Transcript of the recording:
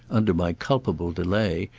under my culpable delay,